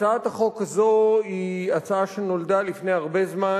הצעת החוק הזאת היא הצעה שנולדה לפני הרבה זמן.